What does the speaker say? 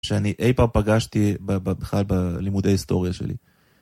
שאני אי פעם פגשתי, בכלל בלימודי ההיסטוריה שלי.